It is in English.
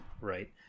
Right